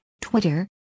Twitter